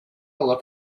look